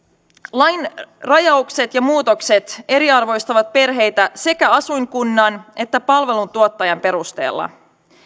lain rajaukset ja muutokset eriarvoistavat perheitä sekä asuinkunnan että palveluntuottajan perusteella